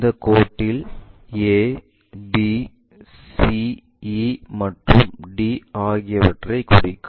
இந்த கோட்டில் a b e c மற்றும் d ஆகியவற்றைக் குறிக்கும்